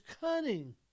cunning